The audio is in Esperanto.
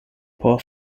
por